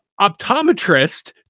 optometrist